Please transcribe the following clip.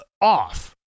off